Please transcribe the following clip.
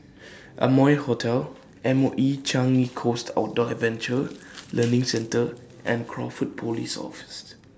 Amoy Hotel M O E Changi Coast Outdoor Adventure Learning Centre and Crawford Police Office